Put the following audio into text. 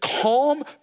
calm